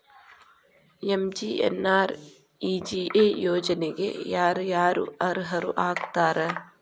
MGNREGA ಯೋಜನೆಗೆ ಯಾರ ಯಾರು ಅರ್ಹರು ಆಗ್ತಾರ?